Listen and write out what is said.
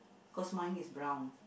cause mine is brown